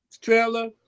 trailer